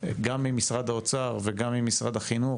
גם ממשרד האוצר וגם ממשרד החינוך,